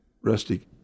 Rusty